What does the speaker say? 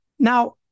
Now